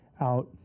out